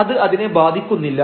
അത് അതിനെ ബാധിക്കുന്നില്ല